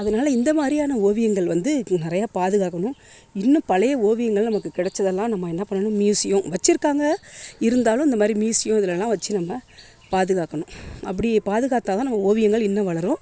அதனால இந்த மாதிரியான ஓவியங்கள் வந்து நிறையா பாதுகாக்கணும் இன்னும் பழைய ஓவியங்கள் நமக்கு கிடச்சதெல்லா நம்ம என்ன பண்ணனும் மியூசியோம் வெச்சுருக்காங்க இருந்தாலும் இந்தமாதிரி மியூசியம் இதுலெலா வெச்சு நம்ம பாதுகாக்கணும் அப்படி பாதுகாத்தால் தான் நம்ம ஓவியங்கள் இன்னும் வளரும்